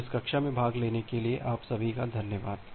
तो इस कक्षा में भाग लेने के लिए आप सभी का धन्यवाद